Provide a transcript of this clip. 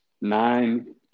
nine